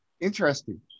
Interesting